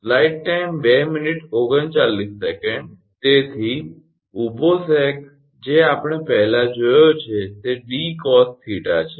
તેથી ઊભો સેગ જે આપણે પહેલાં જોયો છે તે 𝑑cos𝜃 છે